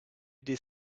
des